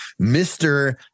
Mr